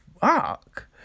fuck